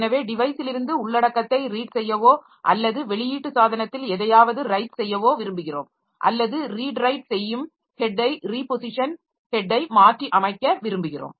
எனவே டிவைஸிலிருந்து உள்ளடக்கத்தை ரீட் செய்யவோ அல்லது வெளியீட்டு சாதனத்தில் எதையாவது ரைட் செய்யவோ விரும்புகிறோம் அல்லது ரீட் ரைட் செய்யும் ஹெட்டை ரீபொசிஷன் ஹெட்டை மாற்றியமைக்க விரும்புகிறோம்